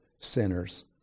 sinners